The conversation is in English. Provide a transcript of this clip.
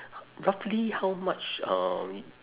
roughly how much um